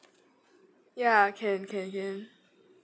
ya can can hear you